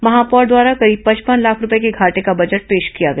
महापौर द्वारा करीब पचपन लाख रूपये के घाटे का बजट पेश किया गया